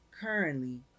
currently